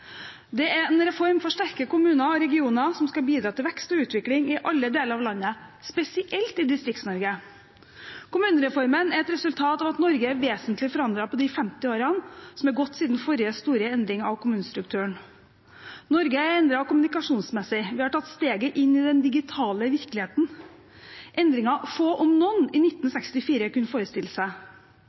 Det er en reform for sterke kommuner og regioner som skal bidra til vekst og utvikling i alle deler av landet, spesielt i Distrikts-Norge. Kommunereformen er et resultat av at Norge er vesentlig forandret på de 50 årene som er gått siden forrige store endring av kommunestrukturen. Norge er endret kommunikasjonsmessig. Vi har tatt steget inn i den digitale virkeligheten – endringer få, om noen, i 1964 kunne forestille seg.